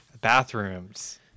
bathrooms